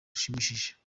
rushimishije